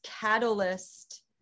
catalyst